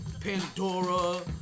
Pandora